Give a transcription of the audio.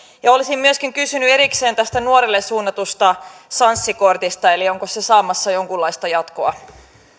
olisin myöskin kysynyt erikseen tästä nuorille suunnatusta sanssi kortista onko se saamassa jonkunlaista jatkoa